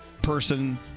person